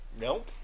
nope